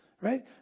Right